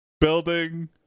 building